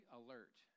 alert